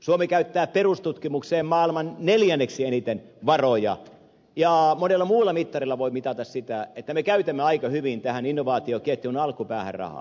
suomi käyttää perustutkimukseen maailman neljänneksi eniten varoja ja monella muulla mittarilla voi mitata sitä että me käytämme aika hyvin tähän innovaatioketjun alkupäähän rahaa